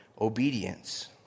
obedience